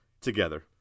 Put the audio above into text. together